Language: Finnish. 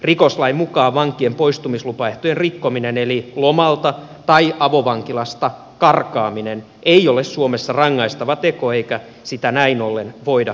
rikoslain mukaan vankien poistumislupaehtojen rikkominen eli lomalta tai avovankilasta karkaaminen ei ole suomessa rangaistava teko eikä siitä näin ollen voida antaa tuomiota